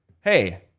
hey